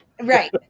Right